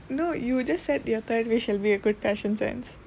no you just said your third wish shall be a good fashion sense